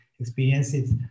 experiences